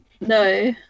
No